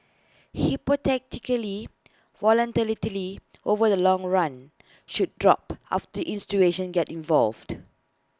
hypothetically volatility over the long run should drop after institutions get involved